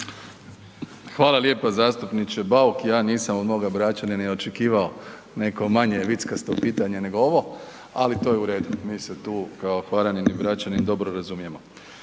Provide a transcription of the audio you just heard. Hvala lijepa zastupniče Bauk, ja nisam od onoga Bračanina ni očekivao neko manje vickasto pitanje nego ovo, ali to je u redu. Mi se tu kao Hvaranin i Bračanin dobro razumijemo.